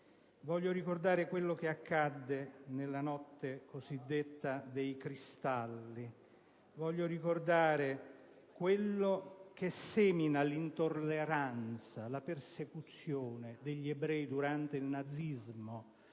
voglio ricordare quello che accadde nella cosiddetta Notte dei cristalli; voglio ricordare quello che semina l'intolleranza, la persecuzione degli ebrei durante il nazismo;